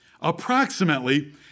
Approximately